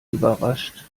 überrascht